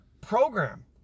program